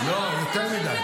לא, יותר מדי.